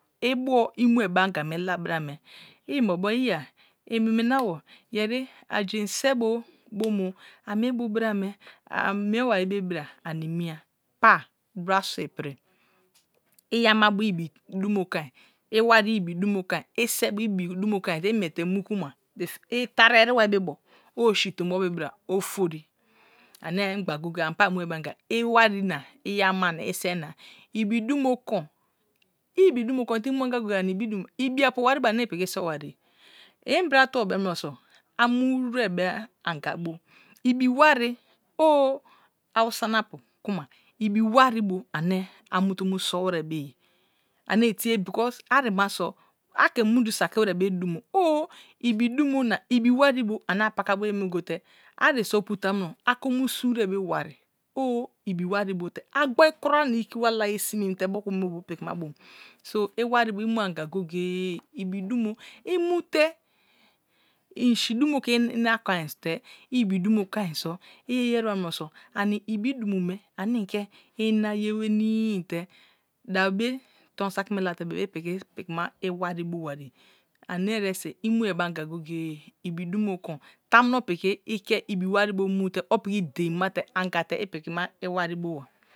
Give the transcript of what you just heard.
Ibuo imue be anga mela brame i inbo bewa imina yeri a jein se bo bomo amie bo bra me amie bai be bra ani miya pa bra sua pri iya ama bo ibi duno konai i wari ibi dumo kanai ise bo ibi dumo kanai te imiete mu kuma itari erebai bo owu si ton bo be bra ofori ana ayi memgba goye goye ani pa mii be ange iwari na i ama na i se na ibi dumo kon ibi dumo kon te imu anga goye goye ani ibi dumo me ibi apu wari bu me ipiki so bare. In bra tubo bem munoso amu wri be anga ibi o awusama apu kuma ibi wari ane amute mu so wiri beye are tie because ari maso ake munju saki wire be dumo o ibi dumo na ibi wari bu ane apaka boye me gote ariso opu jamuno ake mu su wire be wari owu ibi wari gote a gboi kura na ikiwa layer sime te mo ku me bo pikima bote so iwari bu imuanga goye goye ibi dumo imute in si dumo ke in a konia te ibi dumo konai so i yeriba munoso ani ibi dumo me ane inke ina ye wenii te. Aabobe tori saki me late be ipiki pikima iwari bo bari anie eresi i mue be anga goye goye ibi dumo kon tamuno piki i kie ibi wari bo mu te o piki dein ma te anga te ipiri ma iwaribo